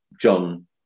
john